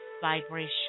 vibration